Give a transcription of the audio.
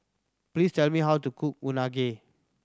please tell me how to cook Unagi